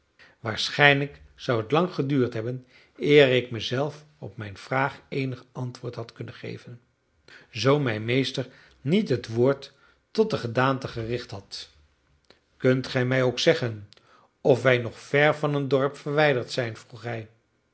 waarschijnlijk zou het lang geduurd hebben eer ik mezelf op mijn vraag eenig antwoord had kunnen geven zoo mijn meester niet het woord tot de gedaante gericht had kunt gij mij ook zeggen of wij nog ver van een dorp verwijderd zijn vroeg hij